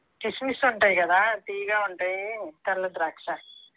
కిస్మిస్ ఉంటాయి కదా తీయగా ఉంటాయి తెల్ల ద్రాక్ష